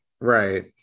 Right